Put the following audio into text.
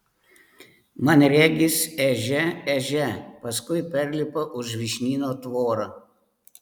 man regis ežia ežia paskui perlipa už vyšnyno tvorą